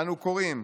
אנו קוראים,